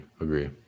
agree